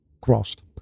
crossed